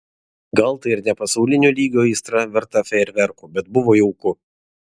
gal tai ir ne pasaulinio lygio aistra verta fejerverkų bet buvo jauku